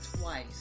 Twice